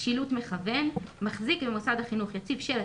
שילוט מכוון המחוק חוזר